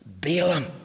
Balaam